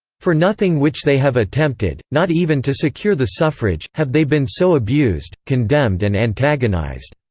for nothing which they have attempted, not even to secure the suffrage, have they been so abused, condemned and antagonized.